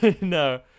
No